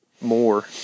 more